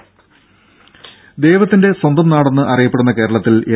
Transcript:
ടെട ദൈവത്തിന്റെ സ്വന്തം നാടെന്ന് അറിയപ്പെടുന്ന കേരളത്തിൽ എൽ